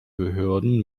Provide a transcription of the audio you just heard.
behörden